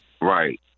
Right